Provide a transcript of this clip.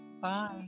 bye